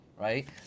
right